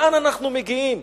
לאן אנחנו מגיעים?